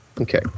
Okay